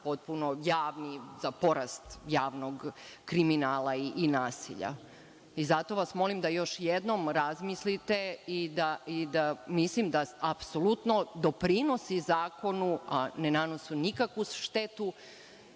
generator za porast javnog kriminala i nasilja. Zato vas molim da još jednom razmislite. Mislim da apsolutno doprinosi zakonu, a ne nanosi nikakvu štetu